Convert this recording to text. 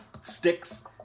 sticks